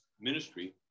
ministry